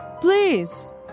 please